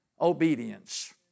obedience